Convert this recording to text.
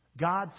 God